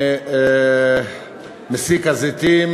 ממסיק הזיתים,